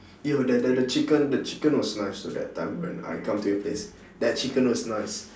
yo the the the chicken the chicken was nice so that time when I come to your place that chicken was nice